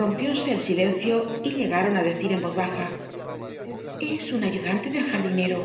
rompióse el silencio y llegaron á decir en voz baja es un ayudante del jardinero